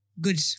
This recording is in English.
Good